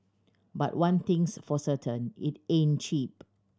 but one thing's for certain it ain't cheap